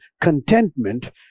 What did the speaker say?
contentment